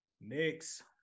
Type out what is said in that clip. next